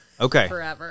Okay